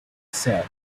said